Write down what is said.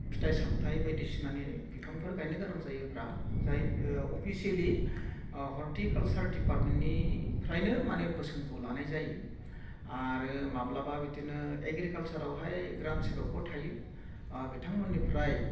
फिथाइ सामथाय बायदिसिनानि बिफांफोर गायनो गोनां जायोब्ला जाय अफिसियेलि हर्टिकालसार डिपार्टमेन्टनिफ्रायनो बोसोनखौ लानाय जायो आरो माब्लाबा बिदिनो एग्रिकालसारावहाय ग्राम सेबकफोर थायो बिथांमोननिफ्राय